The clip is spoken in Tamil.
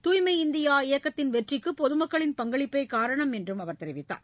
தூய்மை இந்தியா இயக்கத்தின் வெற்றிக்கு பொதுமக்களின் பங்களிப்பே காரணம் என்றும் அவர் தெரிவித்தார்